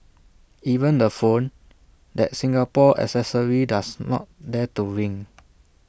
even the phone that Singapore accessory does not dare to ring